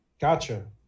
gotcha